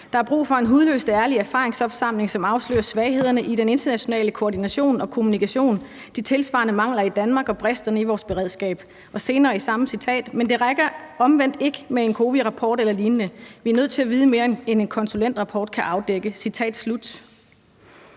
Der er brug for en hudløst ærlig erfaringsopsamling, som afslører svaghederne i den internationale koordination og kommunikation, de tilsvarende mangler i Danmark og bristerne i vores beredskab.« Og senere samme sted: »Men det rækker omvendt ikke med en COWI-rapport eller lignende. Vi er nødt til at vide mere, end en konsulentrapport kan afdække.«